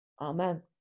Amen